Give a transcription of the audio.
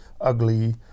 ugly